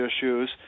issues